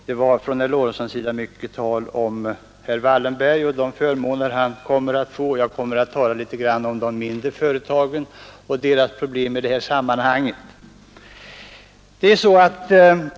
Herr Lorentzon talade mycket om herr Wallenberg och de förmåner han kommer att få. Jag skall tala litet grand om de mindre företagen och deras problem i det här sammanhanget.